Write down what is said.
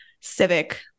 civic